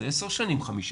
זה כבר עשר שנים חמישה.